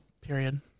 Period